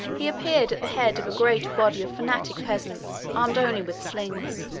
he appeared at the head of a great body of fanatic peasants, armed only with slings,